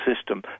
system